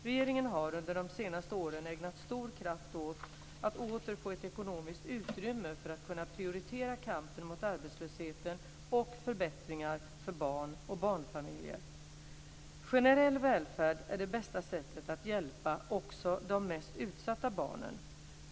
Regeringen har under de senaste åren ägnat stor kraft åt att åter få ett ekonomiskt utrymme för att kunna prioritera kampen mot arbetslösheten och förbättringar för barn och barnfamiljer. Generell välfärd är det bästa sättet att hjälpa också de mest utsatta barnen.